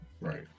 Right